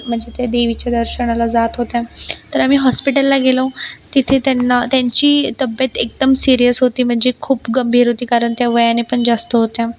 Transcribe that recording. म्हणजे त्या देवीच्या दर्शनाला जात होत्या तर आम्ही हॉस्पिटलला गेलो तिथे त्यांना त्यांची तब्येत एकदम सिरिअस होती म्हणजे खूप गंभीर होती कारण त्या वयाने पण जास्त होत्या